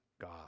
God